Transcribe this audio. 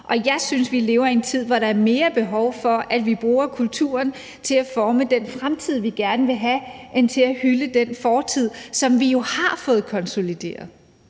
Jeg synes, vi lever i en tid, hvor der mere er behov for, at vi bruger kulturen til at forme den fremtid, vi gerne vil have, end til at hylde den fortid, som vi jo har fået konsolideret;